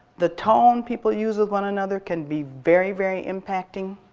the tone people use with one another can be very, very impacting